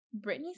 Britney